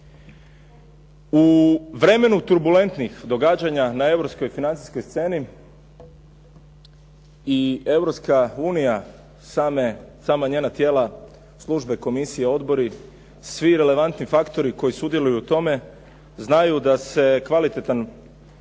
U vremenu turbulentnih događanja na europskoj i financijskoj sceni i Europska unija, sama njena tijela, službe, komisije, odbori, svi relevantni faktori koji sudjeluju u tome znaju da se kvalitetan